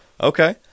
Okay